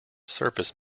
surface